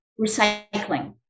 recycling